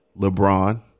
LeBron